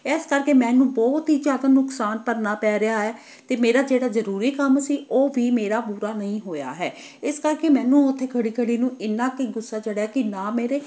ਇਸ ਕਰਕੇ ਮੈਨੂੰ ਬਹੁਤ ਹੀ ਜ਼ਿਆਦਾ ਨੁਕਸਾਨ ਭਰਨਾ ਪੈ ਰਿਹਾ ਹੈ ਅਤੇ ਮੇਰਾ ਜਿਹੜਾ ਜ਼ਰੂਰੀ ਕੰਮ ਸੀ ਉਹ ਵੀ ਮੇਰਾ ਪੂਰਾ ਨਹੀਂ ਹੋਇਆ ਹੈ ਇਸ ਕਰਕੇ ਮੈਨੂੰ ਉੱਥੇ ਖੜੀ ਖੜੀ ਨੂੰ ਇੰਨਾ ਕੁ ਗੁੱਸਾ ਚੜਿਆ ਕਿ ਨਾ ਮੇਰੇ